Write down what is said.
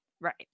right